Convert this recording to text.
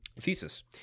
thesis